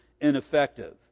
ineffective